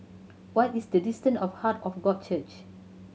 what is the distant of Heart of God Church